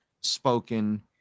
spoken